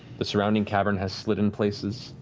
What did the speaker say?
the surrounding cavern has slid in places,